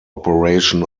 operation